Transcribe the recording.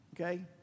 okay